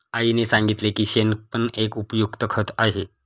आईने सांगितले की शेण पण एक उपयुक्त खत आहे